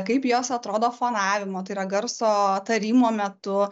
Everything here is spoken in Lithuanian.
kaip jos atrodo fonavimo tai yra garso tarimo metu